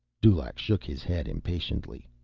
dulaq shook his head impatiently.